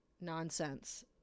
nonsense